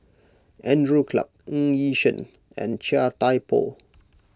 Andrew Clarke Ng Yi Sheng and Chia Thye Poh